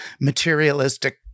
materialistic